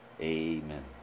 Amen